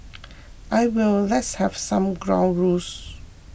I will let's have some ground rules